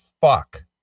fuck